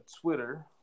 Twitter